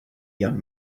young